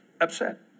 upset